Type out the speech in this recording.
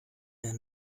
der